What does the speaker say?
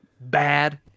bad